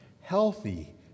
healthy